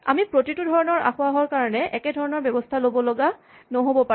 আমি প্ৰতিটো ধৰণৰ আসোঁৱাহৰ কাৰণে একেধৰণৰ ব্যৱস্হা ল'ব লগা নহ'ব পাৰে